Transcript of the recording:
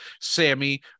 Sammy